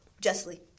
Justly